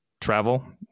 travel